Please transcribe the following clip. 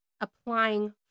applying